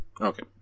Okay